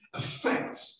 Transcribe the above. affects